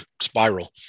spiral